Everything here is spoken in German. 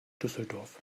düsseldorf